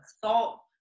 salt